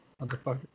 Motherfucker